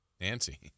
Nancy